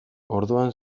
orduan